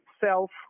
self